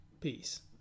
Peace